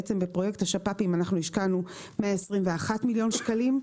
בפרויקט השפ"פים אנחנו השקענו 121 מיליון שקלים.